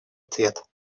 ответ